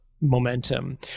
momentum